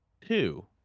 two